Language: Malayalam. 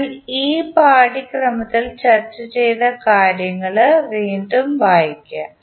അതിനാൽ ഈ പാഠ്യക്രമത്തിൽ ചർച്ച ചെയ്ത കാര്യങ്ങൾ വീണ്ടും വായിക്കാം